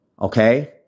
Okay